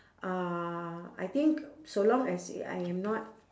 uh I think so long as I am not